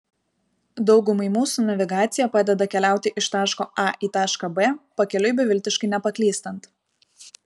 daugumai mūsų navigacija padeda keliauti iš taško a į tašką b pakeliui beviltiškai nepaklystant